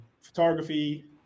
photography